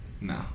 No